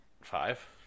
Five